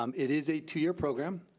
um it is a two year program.